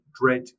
dread